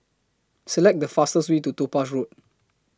Select The fastest Way to Topaz Road